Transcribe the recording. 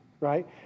right